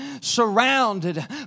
surrounded